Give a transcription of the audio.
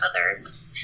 others